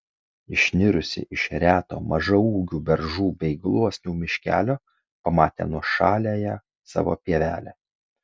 išnirusi iš reto mažaūgių beržų bei gluosnių miškelio pamatė nuošaliąją savo pievelę